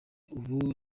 ubu